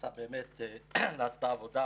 נעשתה עבודה.